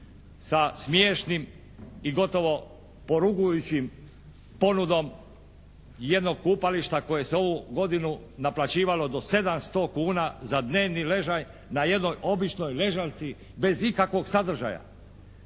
sa smiješnim i gotovo porugujućim ponudom jednog kupališta koje se ovu godinu naplaćivalo do 700 kuna za dnevni ležaj na jednoj običnoj ležaljci bez ikakvog sadržaja.